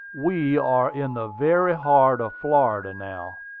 we are in the very heart of florida now.